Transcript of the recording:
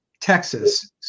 Texas